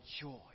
joy